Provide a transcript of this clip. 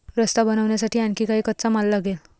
रस्ता बनवण्यासाठी आणखी काही कच्चा माल लागेल